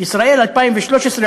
ישראל 2013,